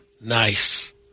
Nice